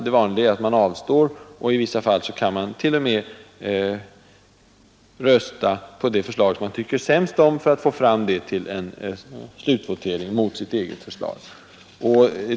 Det vanliga är att man avstår, och i vissa fall kan man t.o.m. rösta på det förslag som man tycker sämst om för att få fram det till slutvotering mot sitt eget förslag.